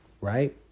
Right